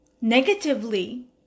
negatively